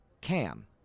Cam